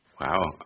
Wow